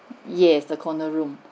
yes the corner room